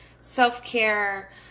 self-care